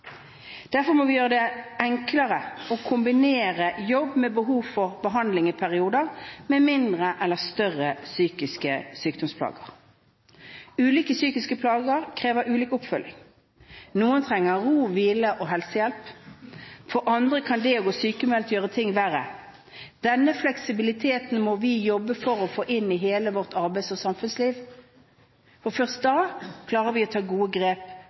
Derfor må vi gjøre det enklere å kombinere jobb med behov for behandling i perioder med mindre eller større psykiske sykdomsplager. Ulike psykiske plager krever ulik oppfølging. Noen trenger ro, hvile og helsehjelp. For andre kan det å gå sykemeldt gjøre ting verre. Denne fleksibiliteten må vi jobbe for å få inn i hele vårt arbeids- og samfunnsliv. Først da klarer vi å ta gode grep